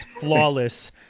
flawless